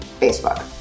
Facebook